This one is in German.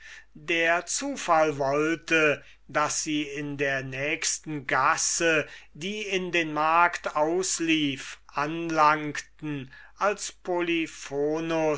der zufall wollte daß sie in der nächsten gasse die zum markt führte anlangten als